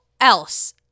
else